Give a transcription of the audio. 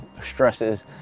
stresses